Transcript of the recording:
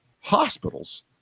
hospitals